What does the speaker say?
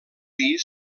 dir